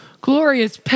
Glorious